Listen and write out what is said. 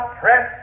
press